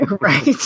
Right